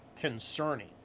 concerning